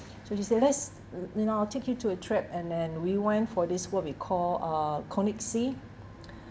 so she say let's you know I'll take you to a trip and then we went for this what we call uh conic sea